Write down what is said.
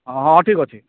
ହଁ ହଁ ଠିକ ଅଛି